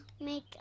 make